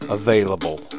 available